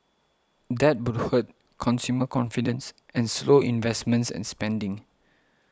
that would hurt consumer confidence and slow investments and spending